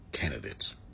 candidates